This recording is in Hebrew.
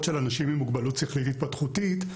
של אנשים עם מוגבלות שכלית התפתחותית,